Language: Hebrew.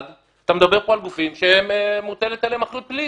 אתם מדבר פה על גופים שמוטלת עליהם אחריות פלילית.